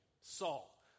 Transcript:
Saul